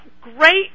great